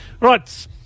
Right